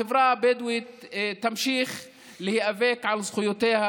החברה הבדואית תמשיך להיאבק על זכויותיה.